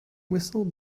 whistle